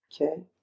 okay